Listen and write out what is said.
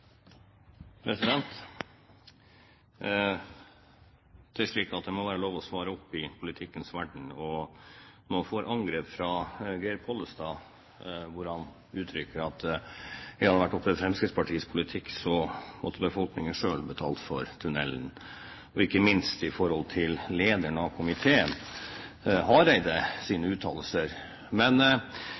slik at det må være lov til å svare for seg i politikkens verden når man får angrep fra Geir Pollestad, som uttrykker at hadde det vært opp til Fremskrittspartiets politikk, måtte befolkningen selv ha betalt for tunnelen, og ikke minst i forhold til uttalelser fra lederen av komiteen,